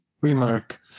remark